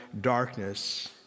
darkness